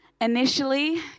Initially